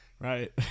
right